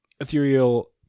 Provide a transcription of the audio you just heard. Ethereal